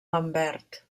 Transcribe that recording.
lambert